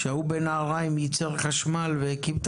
כשההוא בנהריים ייצר חשמל והקים את